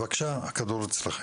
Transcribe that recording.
בבקשה, הכדור אצלכם.